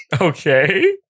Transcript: Okay